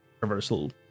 reversal